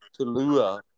Tulua